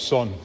Son